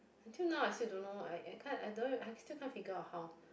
until now I still don't know I I can't I don't I still can't figure out how